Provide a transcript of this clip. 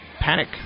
Panic